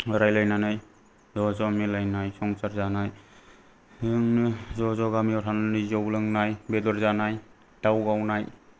रायलायनानै ज' ज' मिलायनाय संसार जानाय बिदिनो ज' ज' गामियाव थानानै जौ लोंनाय बेदर जानाय दाउ गावनाय